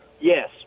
Yes